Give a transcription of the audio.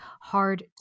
hard